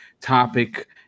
topic